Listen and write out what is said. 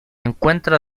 encuentra